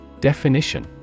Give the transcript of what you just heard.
Definition